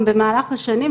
גם במהלך השנים,